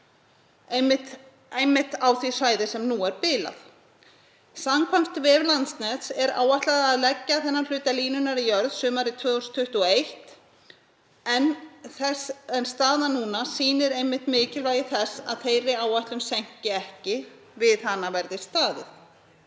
einmitt á því svæði þar sem línan er nú biluð. Samkvæmt vef Landsnets er áætlað að leggja þennan hluta línunnar í jörð sumarið 2021. Staðan núna sýnir einmitt mikilvægi þess að þeirri áætlun seinki ekki, við hana verði staðið.